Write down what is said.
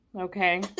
okay